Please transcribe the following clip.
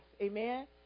Amen